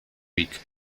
week